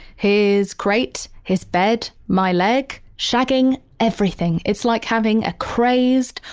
his crate, his bed, my leg, shagging everything. it's like having a crazed,